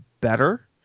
better